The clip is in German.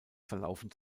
verlaufen